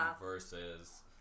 versus